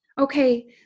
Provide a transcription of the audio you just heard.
okay